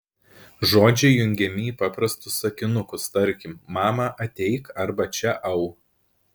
žodžiai jungiami į paprastus sakinukus tarkim mama ateik arba čia au